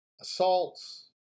assaults